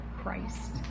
Christ